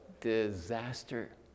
disaster